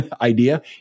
idea